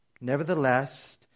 Nevertheless